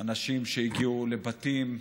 אנשים הגיעו לבתים,